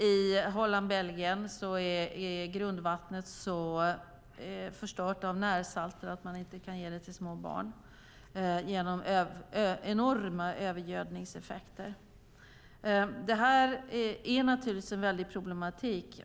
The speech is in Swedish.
I Holland och Belgien är grundvattnet så förstört av närsalter genom enorma övergödningseffekter att man inte kan ge det till små barn. Detta är naturligtvis en väldig problematik.